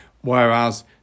whereas